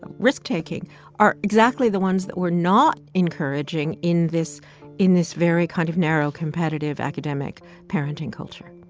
ah risk-taking are exactly the ones that we're not encouraging in this in this very kind of narrow, competitive, academic parenting culture